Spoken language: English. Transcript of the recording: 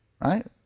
right